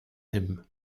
him